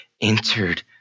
entered